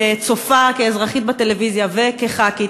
כצופה כאזרחית בטלוויזיה וכחברת כנסת,